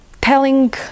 telling